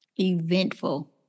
eventful